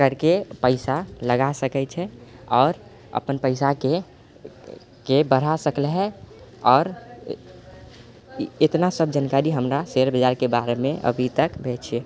करिके पैसा लगा सकै छै और अपन पैसाके बढा सकलै हए आओर एतना सब जानकारी हमरा शेयर बजारके बारेमे अभी तक भेल छै